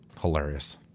hilarious